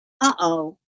uh-oh